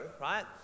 right